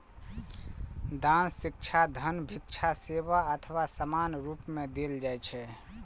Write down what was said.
दान शिक्षा, धन, भिक्षा, सेवा अथवा सामानक रूप मे देल जाइ छै